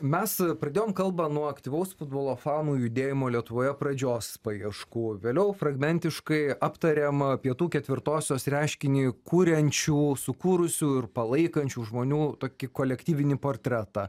mes pradėjom kalbą nuo aktyvaus futbolo fanų judėjimo lietuvoje pradžios paieškų vėliau fragmentiškai aptarėm pietų ketvirtosios reiškinį kuriančių sukūrusių ir palaikančių žmonių tokį kolektyvinį portretą